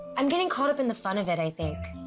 i'm getting caught up in the fun of it, i think.